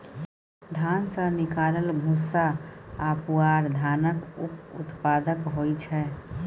धान सँ निकलल भूस्सा आ पुआर धानक उप उत्पाद होइ छै